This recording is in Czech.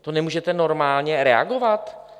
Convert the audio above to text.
To nemůžete normálně reagovat?